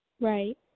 Right